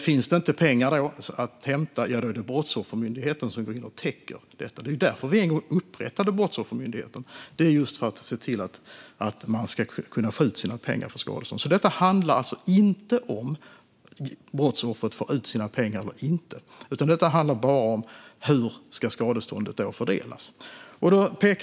Finns det då inte pengar att hämta är det Brottsoffermyndigheten som går in och täcker upp. Anledningen till att vi en gång inrättade Brottsoffermyndigheten var just att se till att man ska kunna få ut sina skadeståndspengar. Detta handlar alltså inte om huruvida brottsoffret får ut sina pengar eller inte, utan detta handlar bara om hur skadeståndet ska fördelas.